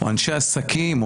אנשי עסקים,